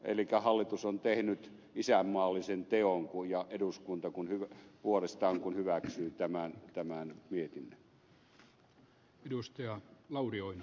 elikkä hallitus on tehnyt isänmaallisen teon ja samoin eduskunta puolestaan kun hyväksyy tämän mietinnön